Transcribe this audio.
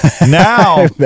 Now